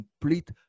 complete